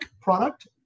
product